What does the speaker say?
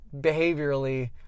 behaviorally